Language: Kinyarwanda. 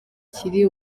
kiri